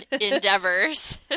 endeavors